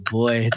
boy